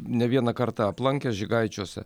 ne vieną kartą aplankęs žygaičiuose